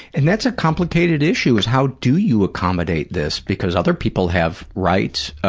and that's a complicated issue, is how do you accommodate this, because other people have rights.